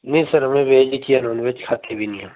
नहीं सर हमें वेज ही चाहिए हम नॉन वेज खाते भी नहीं